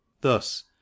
Thus